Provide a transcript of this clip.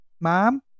Mom